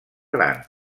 gran